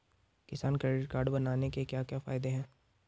किसान credit card बनाने के क्या क्या फायदे हैं?